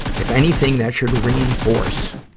if anything that should reinforce